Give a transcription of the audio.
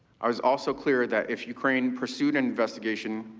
um was also clear that if ukraine pursued an investigation,